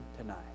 tonight